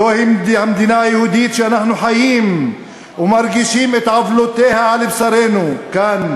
זו המדינה היהודית שאנחנו חיים ומרגישים את עוולותיה על בשרנו כאן,